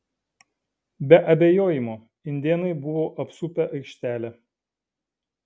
be abejojimo indėnai buvo apsupę aikštelę